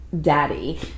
Daddy